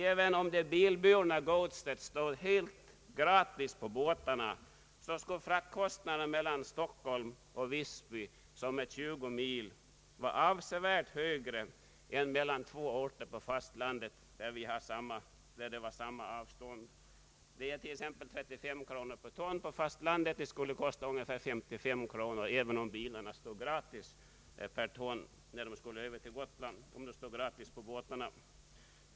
Även om det bilburna godset stod gratis på båtarna, skulle fraktkostnaderna mellan Stockholm och Visby — en sträcka på cirka 20 mil — bli avsevärt högre än mellan två orter på samma avstånd på fastlandet. Kostnaden är 35 kronor per ton på fastlandet; det skulle kosta 55 kronor per ton att få över godset till Gotland, även om bilarna stod gratis på båtarna.